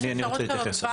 יש אפשרות כזאת כבר היום.